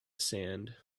sand